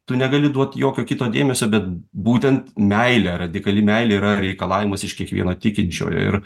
tu negali duot jokio kito dėmesio bet būtent meilę radikali meilė yra reikalavimas iš kiekvieno tikinčiojo ir